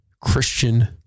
Christian